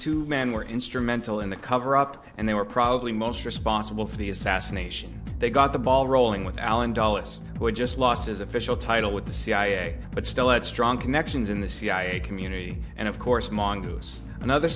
two men were instrumental in the coverup and they were probably most responsible for the assassination they got the ball rolling with allen dulles who had just lost his official title with the cia but still had strong connections in the cia community and of course mongoose another